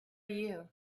you